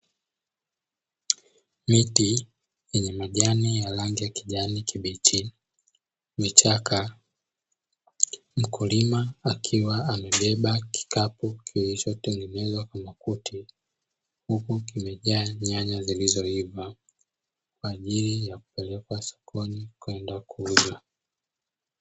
Miti yenye majani ya rangi ya kijani kibichi, vichaka, mkulima akiwa amebeba kikapu kilichotengenezwa kwa makuti, huku kimejaa nyanya zilizoiva, kwa ajili ya kupelekwa sokoni kwenda kuuza.